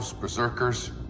Berserkers